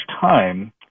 time